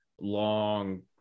long